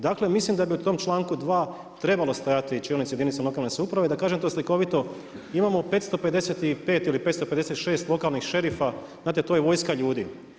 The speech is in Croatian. Dakle, mislim da bi u tom čl.2. trebalo stajati čelnici jedinica lokalne samouprave i da kažem to slikovito, imamo 555 ili 556 lokalnih šerifa, znate to je vojska ljudi.